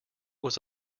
was